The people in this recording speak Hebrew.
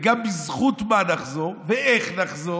גם בזכות מה נחזור ואיך נחזור,